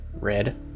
red